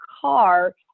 car